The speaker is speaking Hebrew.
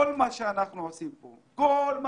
כל מה שאנחנו עושים פה יכול